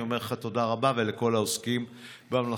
אני אומר לך תודה רבה, ולכל העוסקים במלאכה.